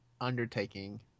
undertaking